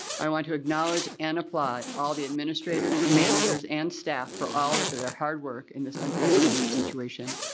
i want to acknowledge and applaud all the administrators, managers, and staff for all but their their hard work in this unprecedented situation.